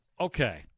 Okay